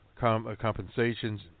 compensations